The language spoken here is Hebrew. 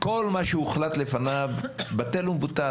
שכל מה שהוחלט לפניו בטל ומבוטל,